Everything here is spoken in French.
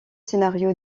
scénarios